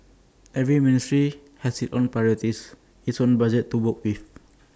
every ministry has its own priorities its own budget to work with